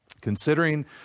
Considering